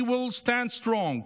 We will stand strong.